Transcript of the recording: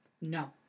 No